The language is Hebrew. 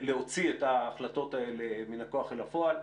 להוציא את ההחלטות האלה מן הכוח אל הפועל.